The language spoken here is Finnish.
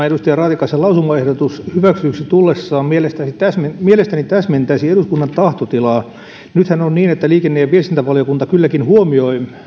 edustaja raatikaisen lausumaehdotus hyväksytyksi tullessaan mielestäni täsmentäisi eduskunnan tahtotilaa nythän on niin että liikenne ja ja viestintävaliokunta kylläkin huomioi